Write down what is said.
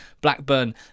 Blackburn